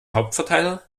hauptverteiler